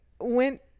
went